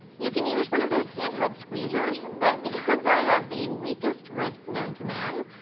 you can use one of those handheld squeezers but because i have the weakest wrists known to man,